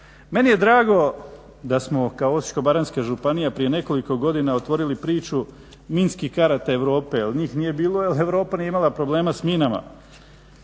Meni je drago da smo kao Osječko-baranjska županija prije nekoliko godina otvorili priču minskih karata Europe jel njih nije bilo jer Europa nije imala problema s minama.